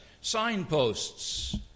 signposts